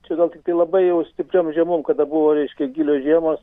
čia gal tiktai labai jau stipriom žiemom kada buvo reiškia gilios žiemos